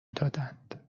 دادند